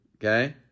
Okay